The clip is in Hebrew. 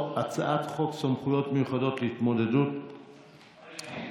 אדוני היושב-ראש,